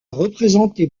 représenté